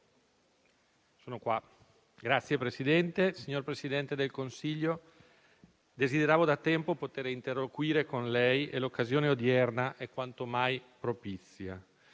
finestra") *(L-SP-PSd'Az)*. Signor Presidente del Consiglio, desideravo da tempo poter interloquire con lei, e l'occasione odierna è quanto mai propizia.